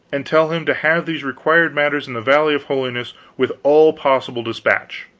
and tell him to have these required matters in the valley of holiness with all possible dispatch.